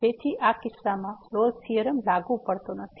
તેથી આ કિસ્સામાં રોલ્સRolle's થીયોરમ લાગુ પડતો નથી